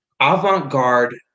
avant-garde